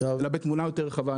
אלא בתמונה רחבה יותר.